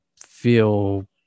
feel